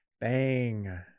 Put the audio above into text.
bang